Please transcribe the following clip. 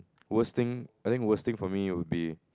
worst thing I think worst thing for me it would be